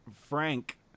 Frank